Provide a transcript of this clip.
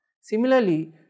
Similarly